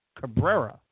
Cabrera